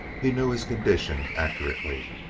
he knew his condition accurately.